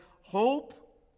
hope